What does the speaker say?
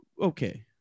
okay